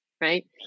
Right